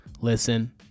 listen